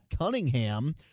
Cunningham